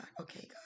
okay